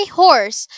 horse